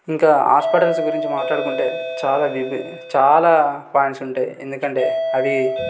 ఇంకా హాస్పటల్స్ గురించి మాట్లాడుకుంటే చాలా విబి చాలా పాయింట్స్ ఉంటాయి ఎందుకంటే అవి